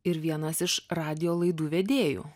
ir vienas iš radijo laidų vedėjų